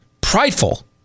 prideful